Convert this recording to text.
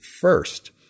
first